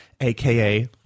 aka